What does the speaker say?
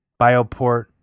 Bioport